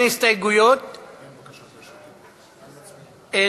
נתבקשתי על-ידי חברי הכנסת ברושי ויחימוביץ והח"כית